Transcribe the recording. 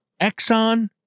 Exxon